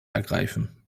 ergreifen